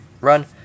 run